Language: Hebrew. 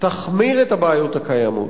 תחמיר את הבעיות הקיימות,